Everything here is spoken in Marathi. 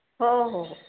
हो हो